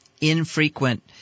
infrequent